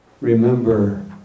remember